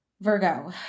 Virgo